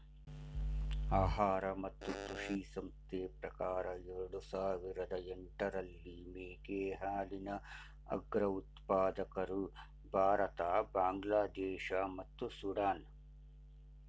ಆಹಾರ ಮತ್ತು ಕೃಷಿ ಸಂಸ್ಥೆ ಪ್ರಕಾರ ಎರಡು ಸಾವಿರದ ಎಂಟರಲ್ಲಿ ಮೇಕೆ ಹಾಲಿನ ಅಗ್ರ ಉತ್ಪಾದಕರು ಭಾರತ ಬಾಂಗ್ಲಾದೇಶ ಮತ್ತು ಸುಡಾನ್